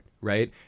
right